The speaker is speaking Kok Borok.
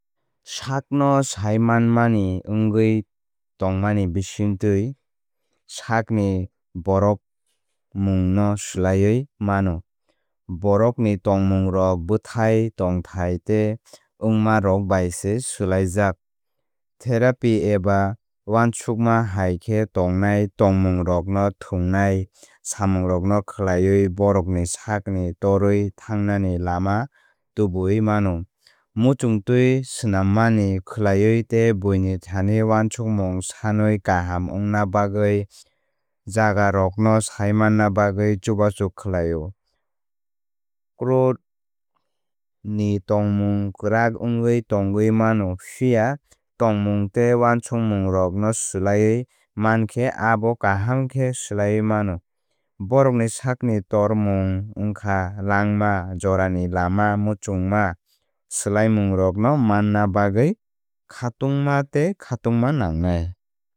Sakno saimanmani wngwi tongmani bisingtwi sakni borokmungno swlaiwi mano. Borokni tongmungrok bwthai tongthai tei wngmarok bai se swlaijak. Therapy eba uansukma hai khe tongnai tongmungrokno thwngnai samungrokno khlaiwi borokni sakni torwi thangnani lama tubuwi mano. Muchungtwi swnammani khlaiwi tei buini thani uansukmung sanwi kaham wngna bagwi jagarokno saimanna bagwi chubachu khlaio. Core ni tongmung kwrak wngwi tongwi mano phiya tongmung tei uansukmungrokno swlaiwi mankhe abo kaham khe swlaiwi mano. Borokni sakni tormung wngkha langma jorani lama muchungma swlaimungrokno manna bagwi khatungma tei khatungma nangnai.